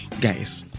Guys